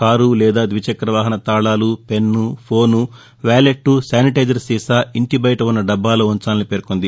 car లేదా ద్విచక్రవాహన తాళాలు పెన్ ఫోన్ వాలెట్ శానిటైజర్ సీసా ఇంటి బయట ఉన్న డబ్బాలో ఉంచాలని పేర్కొంది